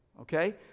okay